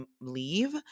leave